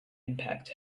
impact